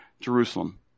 Jerusalem